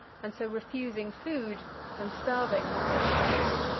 and so refusing food and starving herself to death.